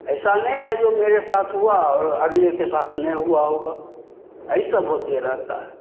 ऐसा नहीं न है जो मेरे साथ हुआ और अगले के साथ नहीं हुआ होगा यही सब होते रहता है